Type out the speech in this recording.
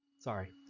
sorry